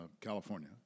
California